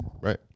Right